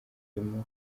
turimo